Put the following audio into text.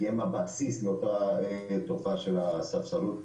כי הן הבסיס לאותה תופעה של הספסרות.